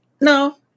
no